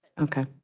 okay